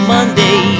Monday